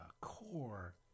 core